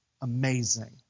Amazing